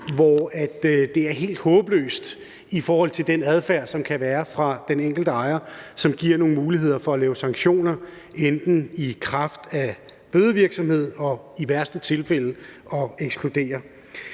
hvor det er helt håbløst i forhold til den adfærd, som kan være fra den enkelte ejers side, hvilket giver nogle muligheder for at lave sanktioner, enten i kraft af bøder og i værste tilfælde ved at ekskludere.